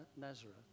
Nazareth